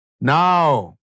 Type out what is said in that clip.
Now